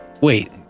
Wait